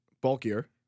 Bulkier